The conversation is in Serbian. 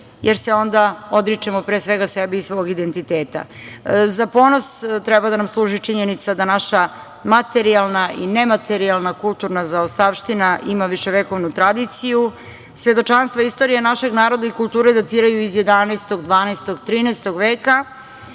jer se onda odričemo, pre svega, sebe i svog identiteta.Za ponos treba da nam služi činjenica da naša materijalna i nematerijalna kulturna zaostavština ima viševekovnu tradiciju. Svedočanstva istorije našeg naroda i kulture datiraju iz 11, 12. i 13. veka,